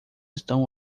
estão